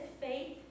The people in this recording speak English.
faith